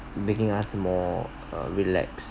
making us more relax